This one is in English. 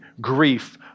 grief